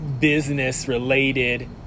business-related